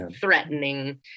threatening